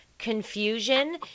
confusion